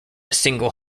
single